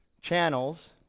channels